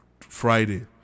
Friday